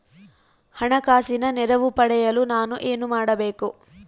ಹಣಕಾಸಿನ ನೆರವು ಪಡೆಯಲು ನಾನು ಏನು ಮಾಡಬೇಕು?